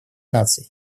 наций